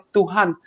Tuhan